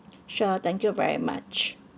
sure thank you very much